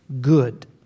good